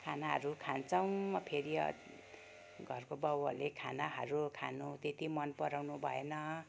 खानाहरू खान्छौँ फेरि घरको बाउहरूले खानाहरू खानु त्यति मन पराउनु भएन